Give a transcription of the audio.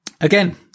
Again